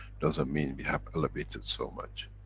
doesn't mean we have elevated so much.